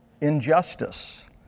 injustice